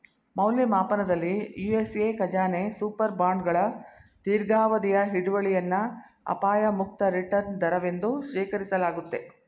ಮೌಲ್ಯಮಾಪನದಲ್ಲಿ ಯು.ಎಸ್.ಎ ಖಜಾನೆ ಸೂಪರ್ ಬಾಂಡ್ಗಳ ದೀರ್ಘಾವಧಿಯ ಹಿಡುವಳಿಯನ್ನ ಅಪಾಯ ಮುಕ್ತ ರಿಟರ್ನ್ ದರವೆಂದು ಶೇಖರಿಸಲಾಗುತ್ತೆ